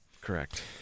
Correct